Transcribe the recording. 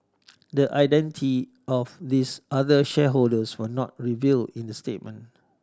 the identity of these other shareholders were not revealed in the statement